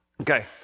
Okay